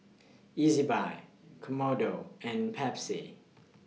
Ezbuy Kodomo and Pepsi